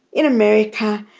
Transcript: in america,